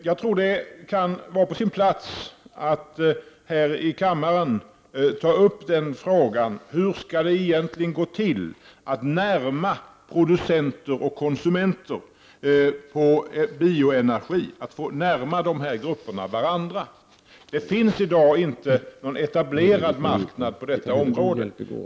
Jag tror det kan vara på sin plats att här i kammaren ställa frågan hur det egentligen skall gå till att närma producenter och konsumenter till varandra i frågan om bioenergi. I dag finns ingen etablerad marknad på detta område.